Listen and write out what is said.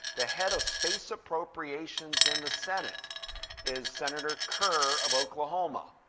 the head of space appropriations in the senate is senator kerr of oklahoma.